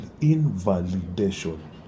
invalidation